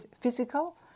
physical